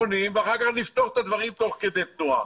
בונים ואחר כך נפתור את הדברים תוך כדי תנועה.